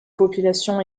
population